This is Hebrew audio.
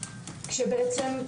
כשבעצם,